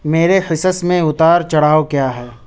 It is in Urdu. میرے حصص میں اتار چڑھاؤ کیا ہے